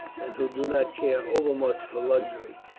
and who do not care overmuch for luxury.